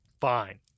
Fine